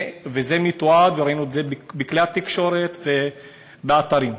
וזה מתועד, וראינו את זה בכלי התקשורת ובאתרים.